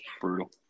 brutal